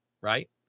right